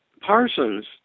Parsons